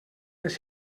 les